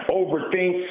overthink